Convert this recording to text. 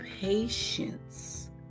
patience